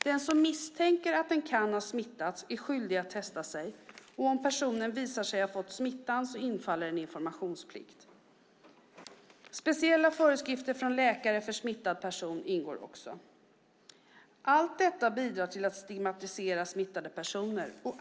Den som misstänker att han eller hon kan ha smittats är skyldig att testa sig, och om personen visar sig ha fått smittan infaller en informationsplikt. Speciella föreskrifter för läkare för smittad person ingår också. Allt detta bidrar till att stigmatisera smittade personer.